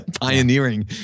pioneering